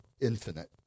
Infinite